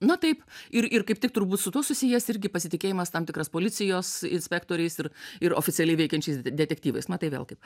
na taip ir ir kaip tik turbūt su tuo susijęs irgi pasitikėjimas tam tikras policijos inspektoriais ir ir oficialiai veikiančiais detektyvais matai vėl kaip